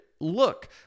look